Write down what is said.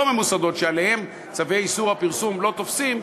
ממוסדות שלגביהן צווי איסור הפרסום לא תופסים,